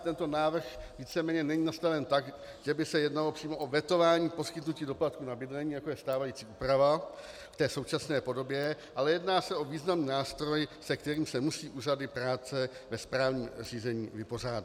Tento návrh víceméně není nastaven tak, že by se jednalo přímo o vetování poskytnutí doplatku na bydlení, jako je stávající úprava v té současné podobě, ale jedná se o významný nástroj, se kterým se musí úřady práce ve správním řízení vypořádat.